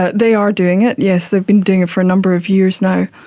they are doing it, yes, they've been doing it for a number of years now.